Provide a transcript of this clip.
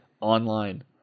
online